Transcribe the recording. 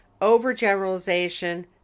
overgeneralization